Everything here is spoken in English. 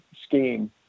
scheme